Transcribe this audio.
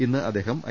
ഇന്ന് അദ്ദേഹം ഐ